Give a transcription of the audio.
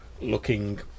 looking